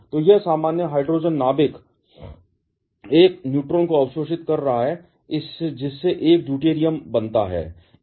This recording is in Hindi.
तो यह सामान्य हाइड्रोजन नाभिक 1 न्यूट्रॉन को अवशोषित कर रहा है जिससे 1 ड्यूटेरियम बनता है